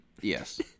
yes